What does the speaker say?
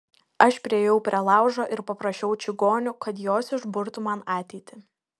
aš priėjau prie laužo ir paprašiau čigonių kad jos išburtų man ateitį